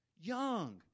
Young